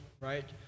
right